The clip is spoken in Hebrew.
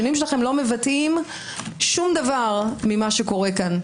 הם לא מבטאים שום דבר ממה שקורה פה.